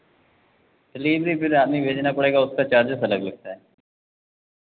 तो लेने के लिए फिर आदमी भेजना पड़ेगा उसका चार्जेज़ अलग लगता है